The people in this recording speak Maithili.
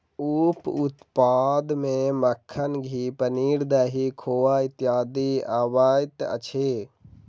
उप उत्पाद मे मक्खन, घी, पनीर, दही, खोआ इत्यादि अबैत अछि